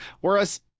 Whereas